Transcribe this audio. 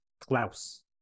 Klaus